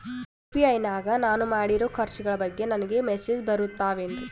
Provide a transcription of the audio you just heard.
UPI ನಾಗ ನಾನು ಮಾಡಿರೋ ಖರ್ಚುಗಳ ಬಗ್ಗೆ ನನಗೆ ಮೆಸೇಜ್ ಬರುತ್ತಾವೇನ್ರಿ?